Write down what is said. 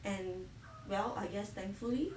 and well I guess thankfully